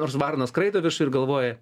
nors varnos skraido viršuj ir galvoja